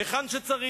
היכן שצריך,